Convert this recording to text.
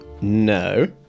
No